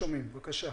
בבקשה.